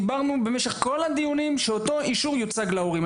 דיברנו במשך כל הדיונים שאותו אישור יוצג להורים.